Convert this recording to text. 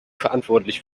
verantwortlich